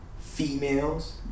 females